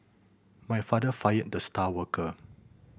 my father fired the star worker